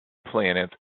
planets